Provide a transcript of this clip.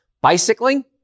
Bicycling